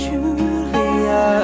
Julia